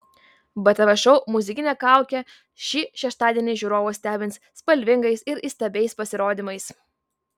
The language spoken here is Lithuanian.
btv šou muzikinė kaukė šį šeštadienį žiūrovus stebins spalvingais ir įstabiais pasirodymais